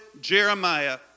Jeremiah